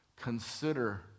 Consider